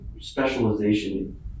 specialization